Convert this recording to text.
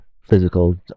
physical